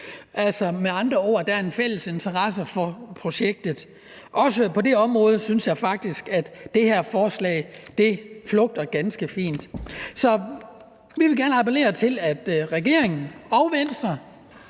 – med andre ord, at der er en fælles interesse for projektet. Også på det område synes jeg faktisk, at det her forslag flugter ganske fint. Så vi vil gerne appellere til, om regeringen og Venstre